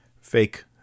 fake